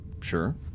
Sure